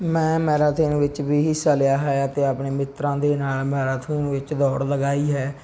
ਮੈਂ ਮੈਰਾਥਨ ਵਿੱਚ ਵੀ ਹਿੱਸਾ ਲਿਆ ਹੈ ਅਤੇ ਆਪਣੇ ਮਿੱਤਰਾਂ ਦੇ ਨਾਲ ਮੈਰਾਥਨ ਵਿੱਚ ਦੌੜ ਲਗਾਈ ਹੈ